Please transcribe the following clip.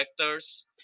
vectors